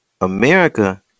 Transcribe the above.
America